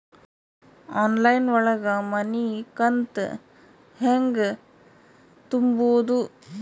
Online ಒಳಗ ಮನಿಕಂತ ಹ್ಯಾಂಗ ತುಂಬುದು?